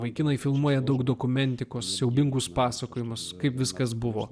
vaikinui filmuoja daug dokumentikos siaubingus pasakojimus kaip viskas buvo